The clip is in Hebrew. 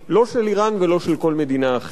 לא של אירן ולא של כל מדינה אחרת.